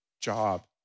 job